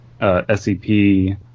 SCP